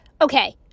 okay